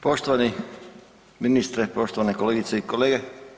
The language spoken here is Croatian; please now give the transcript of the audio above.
Poštovani ministre, poštovane kolegice i kolege.